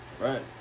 Right